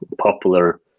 popular